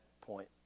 point